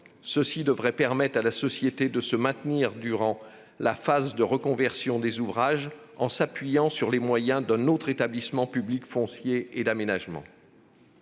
Cela devrait permettre à la société de se maintenir durant la phase de reconversion des ouvrages en s'appuyant sur les moyens d'un autre établissement public foncier et d'aménagement.